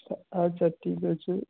হ্যাঁ আচ্ছা ঠিক আছে